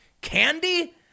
Candy